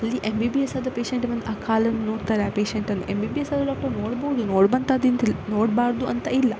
ಅಲ್ಲಿ M B B S ಆದ patient ಬಂದು ಆ ಕಾಲನ್ನು ನೋಡ್ತಾರೆ ಆ ಪೇಶೆಂಟನ್ನು ಎಮ್ ಬಿ ಬಿ ಎಸ್ ಆದ ಡಾಕ್ಟರ್ ನೋಡ್ಬೋದು ನೋಡ್ಬಂತದೆಂತಿಲ್ ನೋಡಬಾರ್ದು ಅಂತ ಇಲ್ಲ